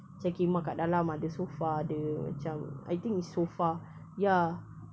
macam khemah kat dalam ada sofa ada macam I think it's sofa ya